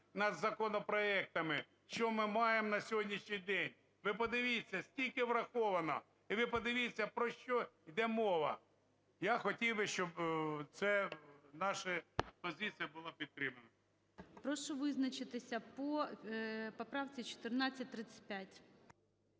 над законопроектами, що ми маємо на сьогоднішній день. Ви подивіться, скільки враховано. І ви подивіться, про що йде мова. Я хотів би, щоб це... наша позиція була підтримана. ГОЛОВУЮЧИЙ. Прошу визначитися по поправці 1435.